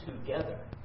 together